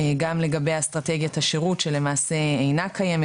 גם לגבי אסטרטגיית השירות שלמעשה אינה קיימת,